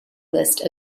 list